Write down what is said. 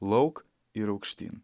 lauk ir aukštyn